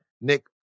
Nick